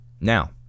now